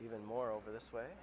even more over this way